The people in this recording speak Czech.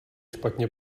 špatně